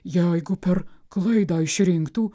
jeigu per klaidą išrinktų